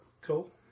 Cool